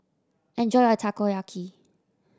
enjoy your Takoyaki